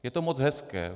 Je to moc hezké.